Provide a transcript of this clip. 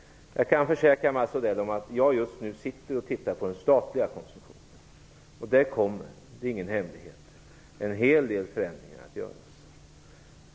Jag kan försäkra Mats Odell om att jag just nu tittar på den statliga konsumtionen. Där kommer, det är ingen hemlighet, en hel del förändringar att göras.